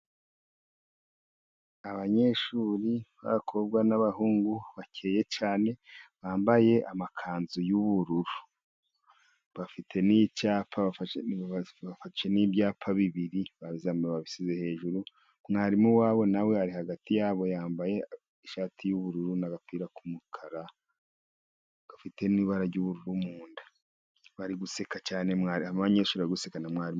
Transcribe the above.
Abanyeshuri b'abakobwa n'abahungu bakeye cyane bambaye amakanzu y'ubururu, bafite n'icyapa. Bafashe n'ibyapa bibiri, babisize hejuru. Mwarimu wabo na we ari hagati yabo yambaye ishati y'ubururu, n'agapira k'umukara gafite n'ibara ry'ubururu munda. Bari guseka cyane, harimo abanyeshuri bari guseka na mwarimu.